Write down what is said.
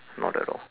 not at all